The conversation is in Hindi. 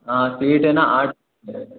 हाँ सीट है ना आठ